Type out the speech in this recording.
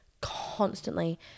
constantly